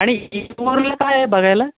आणि येऊरला काय आहे बघायला